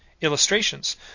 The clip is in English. illustrations